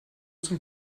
zum